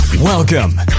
Welcome